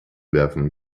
werfen